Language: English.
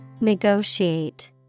Negotiate